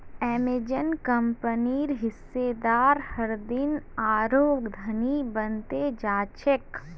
Amazon कंपनीर हिस्सेदार हरदिन आरोह धनी बन त जा छेक